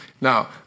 Now